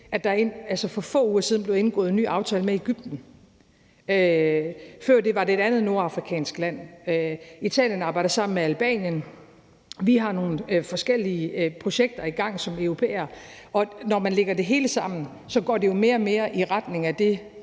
at der for få uger siden blev indgået en ny aftale med Egypten. Før det var det et andet nordafrikansk land, og Italien arbejder sammen med Albanien. Vi har som europæere nogle forskellige projekter i gang, og når man lægger det hele sammen, går det jo også mere og mere i retning af det,